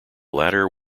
latter